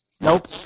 Nope